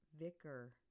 Vicar